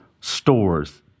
stores